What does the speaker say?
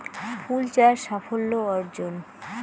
ফুল চাষ সাফল্য অর্জন?